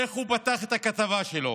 את איך שהוא פתח את הכתבה שלו: